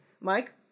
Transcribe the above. Mike